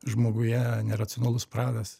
žmoguje neracionalus pradas